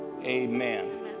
Amen